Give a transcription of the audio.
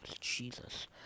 Jesus